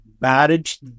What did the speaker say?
manage